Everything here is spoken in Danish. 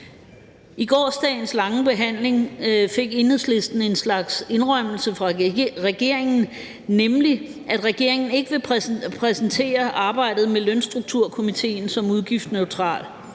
I gårsdagens lange behandling fik Enhedslisten en slags indrømmelse fra regeringen, nemlig at regeringen ikke vil præsentere arbejdet med lønstrukturkomitéen som udgiftsneutralt.